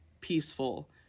peaceful